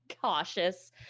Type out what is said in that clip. cautious